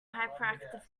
hyperactive